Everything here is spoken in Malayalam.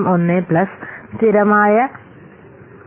01 പ്ലസ് സ്ഥിരമായ 0